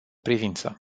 privință